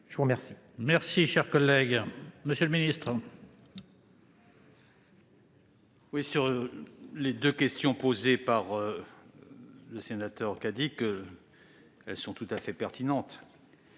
je vous remercie